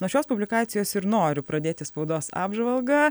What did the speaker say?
nuo šios publikacijos ir noriu pradėti spaudos apžvalgą